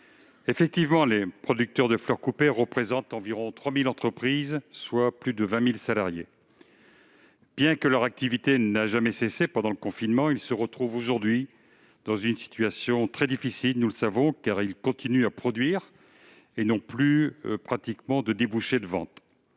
l'avez dit, les producteurs de fleurs coupées représentent environ 3 000 entreprises et plus de 20 000 salariés. Bien que leur activité n'ait jamais cessé pendant le confinement, ils se retrouvent aujourd'hui dans une situation très difficile- nous le savons -, car ils continuent à produire et n'ont presque plus de débouchés de vente.